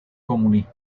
comunismo